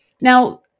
Now